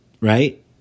Right